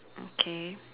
okay